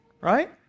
Right